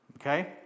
Okay